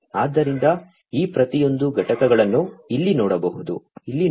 ಆದ್ದರಿಂದ ಈ ಪ್ರತಿಯೊಂದು ಘಟಕಗಳನ್ನು ಇಲ್ಲಿ ನೋಡೋಣ